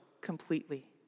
completely